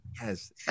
Yes